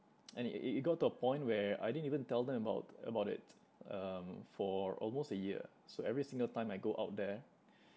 and it it it got to a point where I didn't even tell them about about it um for almost a year so every single time I go out there